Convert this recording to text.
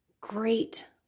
great